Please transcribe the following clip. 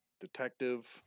detective